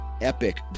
epic